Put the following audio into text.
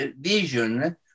vision